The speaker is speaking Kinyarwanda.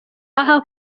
aha